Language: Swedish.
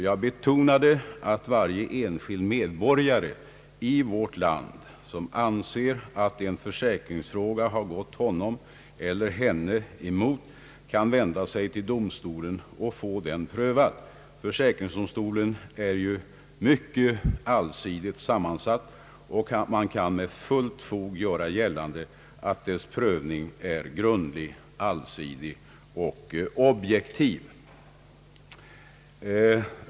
Jag betonade att varje enskild medborgare i vårt land som anser att en försäkringsfråga har gått honom eller henne emot kan vända sig till domstolen och få frågan prövad. Försäkringsdomstolen är ju mycket allsidigt sammansatt, och man kan med fullt fog göra gällande att dess prövning är grundlig, allsidig och objektiv.